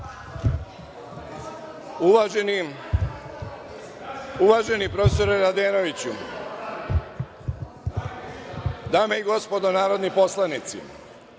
Uvaženi profesore Radenoviću, dame i gospodo narodni poslanici,